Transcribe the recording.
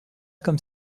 comme